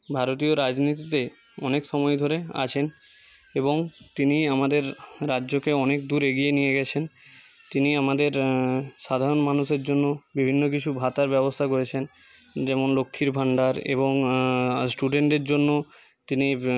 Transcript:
ভারতীয় রাজনীতিতে অনেক সময় ধরে আছেন এবং তিনি আমাদের রাজ্যকে অনেক দূর এগিয়ে নিয়ে গেছেন তিনি আমাদের সাধারণ মানুষের জন্য বিভিন্ন কিছু ভাতার ব্যবস্থা করেছেন যেমন লক্ষীর ভান্ডার এবং স্টুডেন্টদের জন্য তিনি